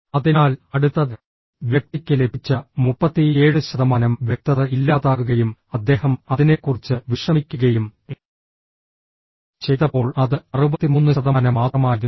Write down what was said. അതിനാൽ അടുത്ത വ്യക്തിക്ക് ലഭിച്ച 37 ശതമാനം വ്യക്തത ഇല്ലാതാകുകയും അദ്ദേഹം അതിനെക്കുറിച്ച് വിഷമിക്കുകയും ചെയ്തപ്പോൾ അത് 63 ശതമാനം മാത്രമായിരുന്നു